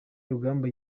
rugamba